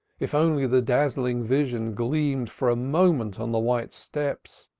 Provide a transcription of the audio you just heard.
if only the dazzling vision gleamed for a moment on the white steps.